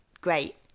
great